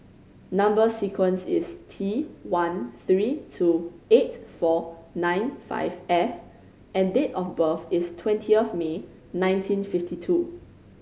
number sequence is T one three two eight four nine five F and date of birth is twenty of May nineteen fifty two